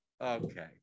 Okay